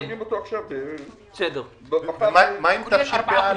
מה עם תשפ"א?